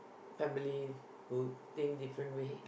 families who think different way